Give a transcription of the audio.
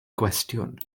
gwestiwn